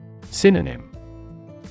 Synonym